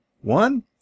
One